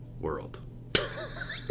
world